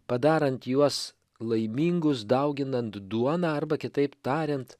padarant juos laimingus dauginant duoną arba kitaip tariant